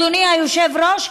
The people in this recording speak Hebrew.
אדוני היושב-ראש,